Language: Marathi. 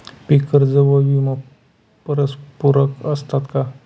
पीक कर्ज व विमा परस्परपूरक असतात का?